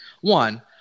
one